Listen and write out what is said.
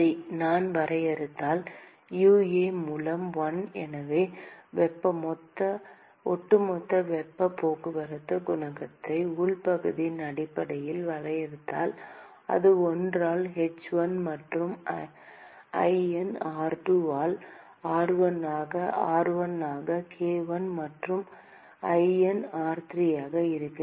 சரி நான் வரையறுத்தால் UA மூலம் 1 எனவே வெப்பப் போக்குவரத்து ஒட்டுமொத்த வெப்பப் போக்குவரத்துக் குணகத்தை உள் பகுதியின் அடிப்படையில் வரையறுத்தால் அது 1 ஆல் h1 மற்றும் ln r2 ஆல் r1 ஆக r1 ஆக k1 மற்றும் ln r3 ஆக இருக்கும்